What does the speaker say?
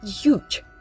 huge